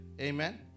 Amen